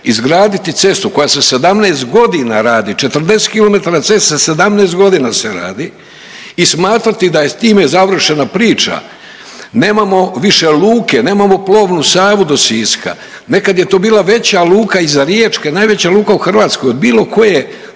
Izgraditi cestu koja se 17 godina radi. 40 km ceste 17 godina se radi i smatrati da je time završena priča. Nemamo više luke, nemamo plovnu Savu do Siska. Nekad je to bila veća luka iza Riječke, najveća luka u Hrvatskoj od bilo koje